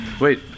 Wait